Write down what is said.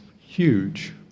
huge